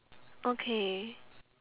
okay